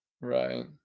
right